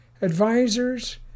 Advisors